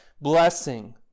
blessing